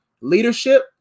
leadership